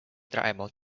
tribal